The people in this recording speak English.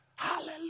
Hallelujah